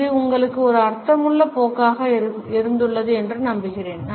இது உங்களுக்கு ஒரு அர்த்தமுள்ள போக்காக இருந்துள்ளது என்று நம்புகிறேன்